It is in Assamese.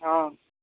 অঁ